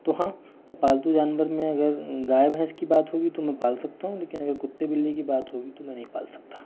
तो हाँ पालतू जानवर में अगर गाय भैंस की बात होगी तो मैं पाल सकता हूँ लेकिन अगर कुत्ते बिल्ली की बात होंगी तो मैं नहीं पाल सकता